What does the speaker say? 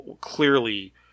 clearly